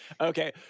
Okay